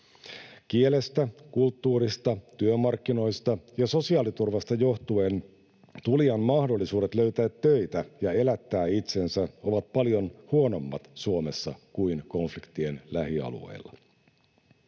Kielestä, kulttuurista, työmarkkinoista ja sosiaaliturvasta johtuen tulijan mahdollisuudet löytää töitä ja elättää itsensä ovat paljon huonommat Suomessa kuin konfliktien lähialueilla.